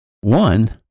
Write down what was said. One